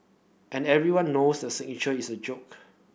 and everyone knows the signature is a joke